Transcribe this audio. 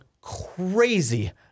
crazy